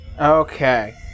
Okay